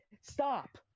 stop